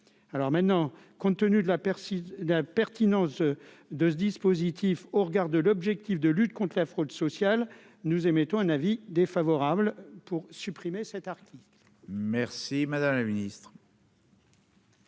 alors maintenant, compte tenu de la persistance d'un pertinence de ce dispositif au regard de l'objectif de lutte contre la fraude sociale nous émettons un avis défavorable pour supprimer cette. Merci madame la ministre.